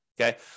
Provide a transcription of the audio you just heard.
Okay